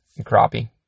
crappie